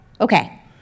okay